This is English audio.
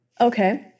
Okay